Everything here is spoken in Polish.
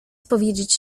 powiedzieć